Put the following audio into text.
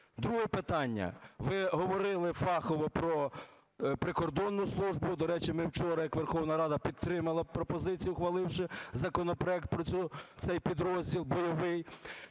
Друге питання. Ви говорили фахово про прикордонну службу. До речі, ми вчора як Верховна Рада підтримали пропозицію, ухваливши законопроект про цей підрозділ бойовий.